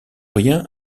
rien